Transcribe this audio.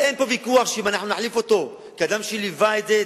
אין פה ויכוח שאם נחליף אותו כאדם שליווה את זה,